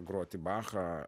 groti bachą